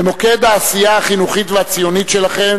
במוקד העשייה החינוכית והציונית שלכם